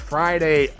Friday